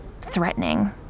threatening